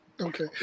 okay